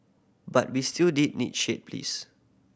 but we still did need shade please